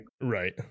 Right